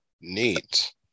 Neat